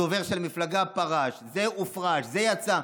הדובר של המפלגה פרש, זה הופרש, זה יצא.